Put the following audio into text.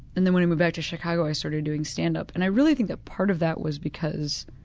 and then when i moved back to chicago i started doing stand-up, and i really think that part of that was because